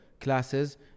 classes